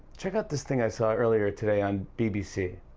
check out this thing i saw earlier today on bbc.